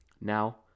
Now